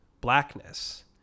blackness